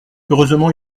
heureusement